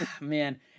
man